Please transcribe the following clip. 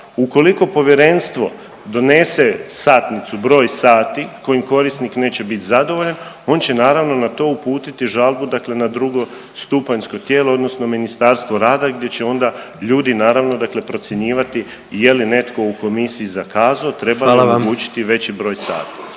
Ukoliko povjerenstvo donese satnicu, broj sati kojim korisnik neće biti zadovoljan on će naravno na to uputiti žalbu dakle na drugostupanjsko tijelo odnosno Ministarstvo rada gdje će onda ljudi naravno dakle procjenjivati je li netko u komisiji zakazao, treba li omogućiti